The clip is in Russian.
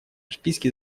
списке